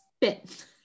bit